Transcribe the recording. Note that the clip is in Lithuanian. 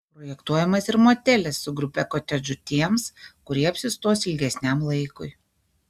projektuojamas ir motelis su grupe kotedžų tiems kurie apsistos ilgesniam laikui